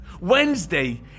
Wednesday